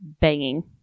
banging